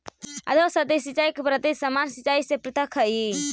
अधोसतही सिंचाई के पद्धति सामान्य सिंचाई से पृथक हइ